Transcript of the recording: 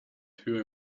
tür